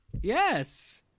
Yes